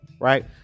Right